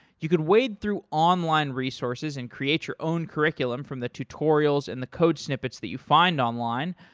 you could wade through online resources and create your own curriculum from the tutorials and the code snippets that you find online,